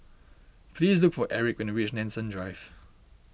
please look for Aric when you reach Nanson Drive